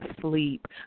sleep